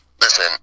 listen